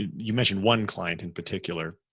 you mentioned one client in particular.